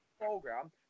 program